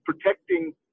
protecting